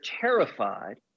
terrified